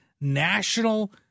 National